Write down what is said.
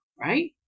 right